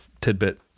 tidbit